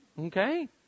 Okay